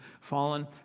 fallen